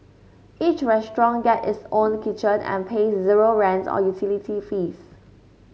each restaurant gets its own kitchen and pays zero rent or utility fees